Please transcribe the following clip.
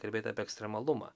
kalbėt apie ekstremalumą